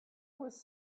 was